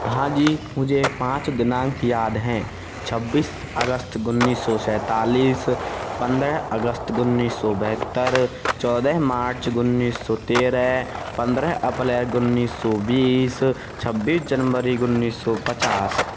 हाँ जी मुझे पाँच दिनांक याद हैं छब्बीस अगस्त उन्नीस सौ सैंतालीस पंद्रह अगस्त उन्नीस सौ बहत्तर चौदह मार्च उन्नीस सौ तेरह पन्द्रह अप्रैल उन्नीस सौ बीस छब्बीस जनवरी उन्नीस सौ पचास